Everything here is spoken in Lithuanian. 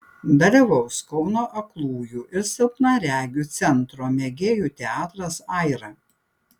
dalyvaus kauno aklųjų ir silpnaregių centro mėgėjų teatras aira